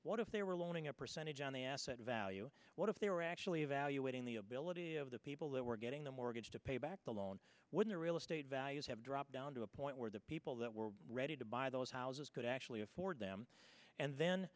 what if they were loaning a percentage on the asset value what if they were actually evaluating the ability of the people that were getting the mortgage to pay back the loan wouldn't real estate values have dropped down to a point where the people that were ready to buy those houses could actually afford them and then